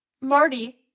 Marty